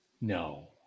no